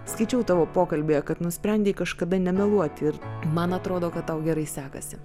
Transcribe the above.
skaičiau tavo pokalbyje kad nusprendei kažkada nemeluoti ir man atrodo kad tau gerai sekasi